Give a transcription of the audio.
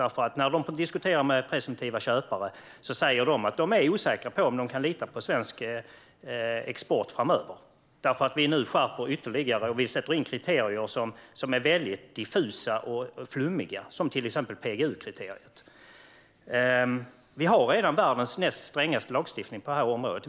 När försvarsföretagen förhandlar med presumtiva köpare säger köparna att de är osäkra på om de kan lita på svensk export framöver. Nu skärper vi reglerna ytterligare och inför kriterier som är väldigt diffusa och flummiga, till exempel PGU-kriteriet. Vi har redan världens näst strängaste lagstiftning på det här området.